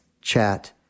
chat